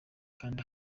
kanda